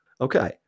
Okay